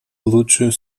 лучшую